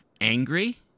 Angry